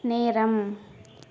நேரம்